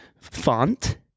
font